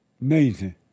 Amazing